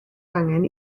angen